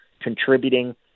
contributing